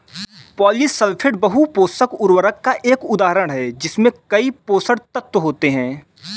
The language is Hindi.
पॉलीसल्फेट बहु पोषक उर्वरक का एक उदाहरण है जिसमें कई पोषक तत्व होते हैं